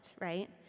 right